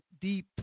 deep